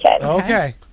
Okay